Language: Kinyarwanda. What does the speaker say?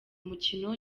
umukino